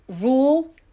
Rule